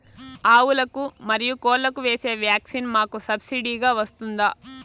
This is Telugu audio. ఆవులకు, మరియు కోళ్లకు వేసే వ్యాక్సిన్ మాకు సబ్సిడి గా వస్తుందా?